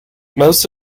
most